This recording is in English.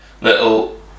little